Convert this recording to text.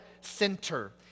center